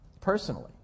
personally